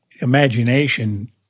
Imagination